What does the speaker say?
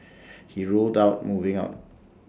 he ruled out moving out